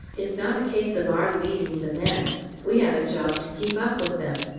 it's not a case of our leading the men we have a job to keep up with them.